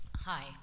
Hi